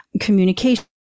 communication